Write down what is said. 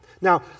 Now